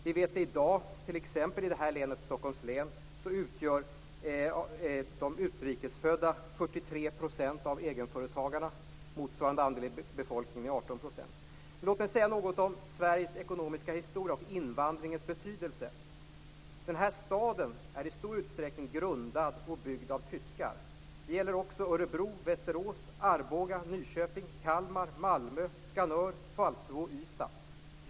Vi vet att i t.ex. Stockholms län utgör i dag de utrikes födda 43 % av egenföretagarna. Motsvarande andel av befolkningen som helhet är 18 %. Låt mig säga något som Sveriges ekonomiska historia och invandringens betydelse. Den stad vi nu befinner oss i är i stor utsträckning grundad och byggd av tyskar. Det gäller också Örebro, Västerås, Arboga, Nyköping, Kalmar, Malmö, Skanör, Falsterbo och Ystad.